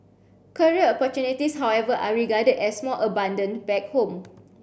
career opportunities however are regarded as more abundant back home